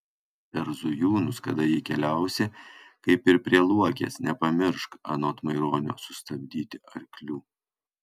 per zujūnus kada jei keliausi kaip ir prie luokės nepamiršk anot maironio sustabdyti arklių